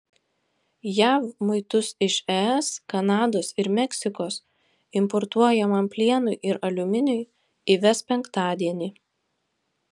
jav muitus iš es kanados ir meksikos importuojamam plienui ir aliuminiui įves penktadienį